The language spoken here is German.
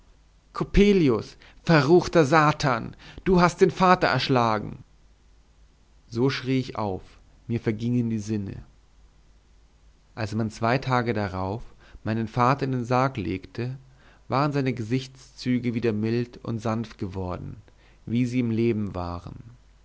coppelius verruchter satan du hast den vater erschlagen so schrie ich auf mir vergingen die sinne als man zwei tage darauf meinen vater in den sarg legte waren seine gesichtszüge wieder mild und sanft geworden wie sie im leben waren